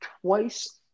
twice